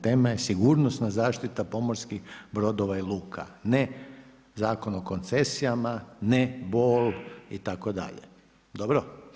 Tema je sigurnosna zaštita pomorskih brodova i luka, ne Zakon o koncesijama, ne Bol itd. dobro?